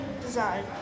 design